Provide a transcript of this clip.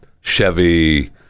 Chevy